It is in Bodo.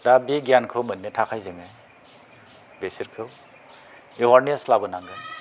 दा बे गियानखौ मोननो थाखाय जोङो बेसोरखौ एवारनेस लाबोनांगोन